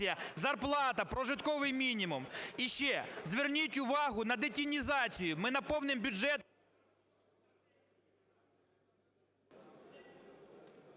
Дякую.